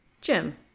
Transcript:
Jim